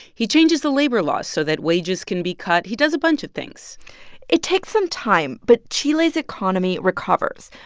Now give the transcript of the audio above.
he changes the labor laws so that wages can be cut. he does a bunch of things it takes some time, but chile's economy recovers.